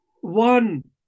one